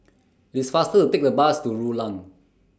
It's faster to Take A Bus to Rulang